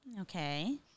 Okay